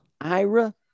Ira